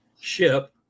ship